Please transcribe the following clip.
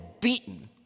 beaten